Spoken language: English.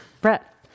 Brett